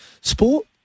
sport